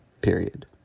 period